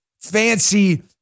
fancy